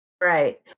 Right